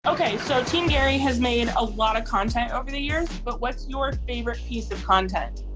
okay, so team gary has made a lot of content over the years, but what's your favorite piece of content?